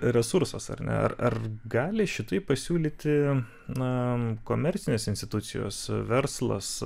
resursas ar net ar gali šitai pasiūlyti na komercinės institucijos verslas